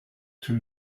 two